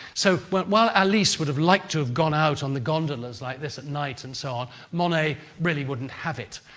so, while while alice would've liked to have gone out on the gondolas like this at night and so on, monet really wouldn't have it.